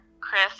Chris